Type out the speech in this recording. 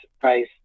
price